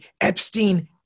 epstein